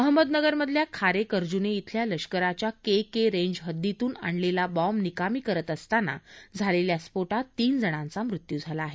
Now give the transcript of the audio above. अहमदनगर मधल्या खारे कर्जुने खेल्या लष्कराच्या के के रेंन्ज हद्दीतून आणलेला बॉम्ब निकामी करत असताना झालेल्या स्फोटात तीन जणांचा मुत्यू झाला आहे